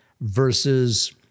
versus